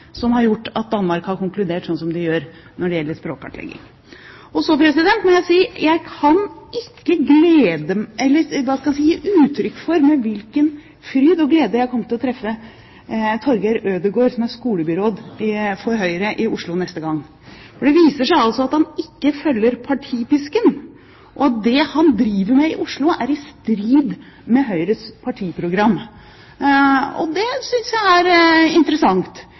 som har gjort at Danmark har konkludert slik de har gjort når det gjelder språkkartlegging. Så må jeg gi uttrykk for at det blir med fryd og glede jeg kommer til å treffe Torger Ødegaard, som er skolebyråd for Høyre i Oslo, neste gang, for det viser seg altså at han ikke følger partipisken, og at det han driver med i Oslo, er i strid med Høyres partiprogram. Det synes jeg er interessant.